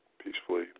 peacefully